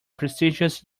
prestigious